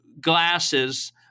glasses